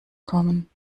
kommen